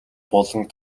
болон